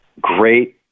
Great